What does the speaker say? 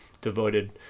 devoted